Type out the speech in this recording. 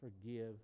forgive